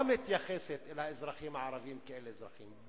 מתייחסת אל האזרחים הערבים כאל אזרחים.